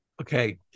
Okay